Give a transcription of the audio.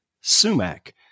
sumac